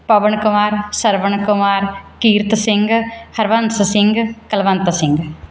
Pawan Kumar Sarwan Kumar Kirat Singh Harbans Singh Kulwant Singh